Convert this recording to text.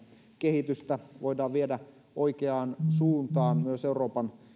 kehitystä voidaan viedä oikeaan suuntaan myös euroopan